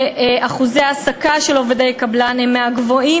ואחוזי ההעסקה של עובדי קבלן הם מהגבוהים